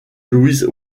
louise